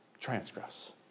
transgress